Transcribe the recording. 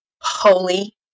holy